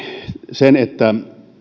sen että